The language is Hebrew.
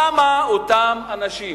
למה אותם אנשים